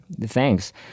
thanks